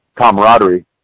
camaraderie